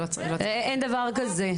אין דבר כזה.